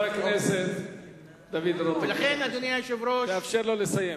חבר הכנסת דוד רותם, תאפשר לו לסיים.